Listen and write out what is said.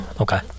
Okay